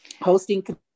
hosting